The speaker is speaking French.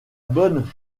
bonne